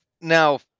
Now